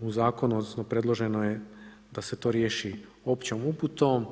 u Zakonu odnosno predloženo je da se to riješi općom uputom.